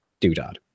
doodad